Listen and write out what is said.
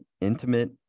intimate